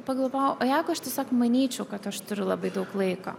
pagalvojau o jeigu aš tiesiog manyčiau kad aš turiu labai daug laiko